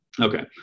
Okay